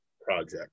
project